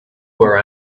were